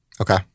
Okay